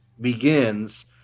begins